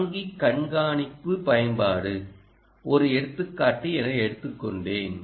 தாங்கி கண்காணிப்பு பயன்பாடுஒரு எடுத்துக்காட்டு என எடுத்துக்கொண்டேன்